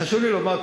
חשוב לי לומר,